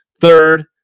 third